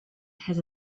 has